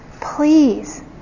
Please